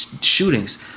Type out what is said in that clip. shootings